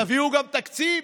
תביאו גם תקציב.